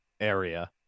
area